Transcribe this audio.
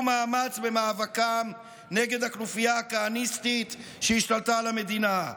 מאמץ במאבקם נגד הכנופיה הכהניסטית שהשתלטה על המדינה.